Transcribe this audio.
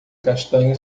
castanho